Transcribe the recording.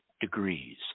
degrees